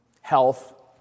Health